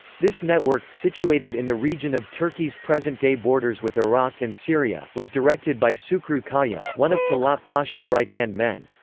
this network, situated in the region of turkey's present-day borders with iraq and syria, was directed by sukru kaya, one of talaat pasha's right-hand men.